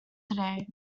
today